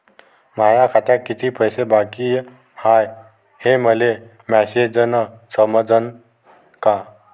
माया खात्यात कितीक पैसे बाकी हाय हे मले मॅसेजन समजनं का?